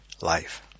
life